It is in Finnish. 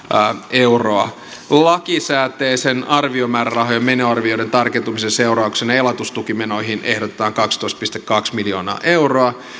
euroa lakisääteisten arviomäärärahojen menoarvioiden tarkentumisen seurauksena elatustukimenoihin ehdotetaan kaksitoista pilkku kaksi miljoonaa euroa